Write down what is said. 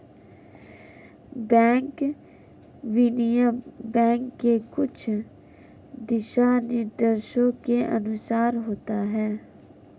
bank विनिमय bank के कुछ दिशानिर्देशों के अनुसार होता है